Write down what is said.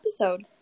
episode